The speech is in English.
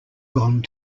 gone